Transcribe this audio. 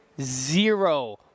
zero